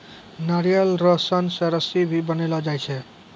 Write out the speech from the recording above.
नारियल रो सन से रस्सी भी बनैलो जाय छै